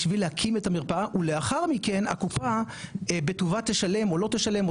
בשביל להקים את המרפאה ולאחר מכן הקופה בטובה תשלם או לא תשלם או